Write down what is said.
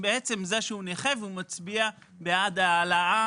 בעצם זה שהוא נכה והוא מצביע בעד ההעלאה